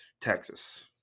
Texas